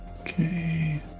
Okay